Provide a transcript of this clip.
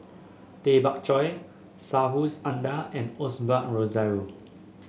Tay Bak Koi Subhas Anandan and Osbert Rozario